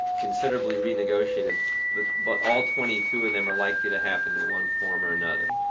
considerably renegotiative but all twenty two of them are likely to happen in one form or another.